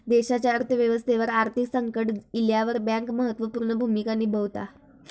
देशाच्या अर्थ व्यवस्थेवर आर्थिक संकट इल्यावर बँक महत्त्व पूर्ण भूमिका निभावता